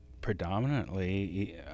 predominantly